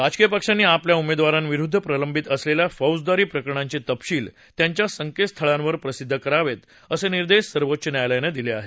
राजकीय पक्षांनी आपल्या उमेदवारांविरुद्ध प्रलंबित असलेल्या फौजदारी प्रकरणांचे तपशील त्यांच्या संकेतस्थळांवर प्रसिद्ध करावेत असे निर्देश सर्वोच्च न्यायालयानं दिले आहेत